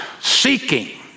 seeking